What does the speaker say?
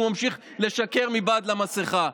הוא ממשיך לשקר מבעד למסכה.